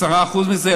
10% מזה,